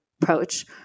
approach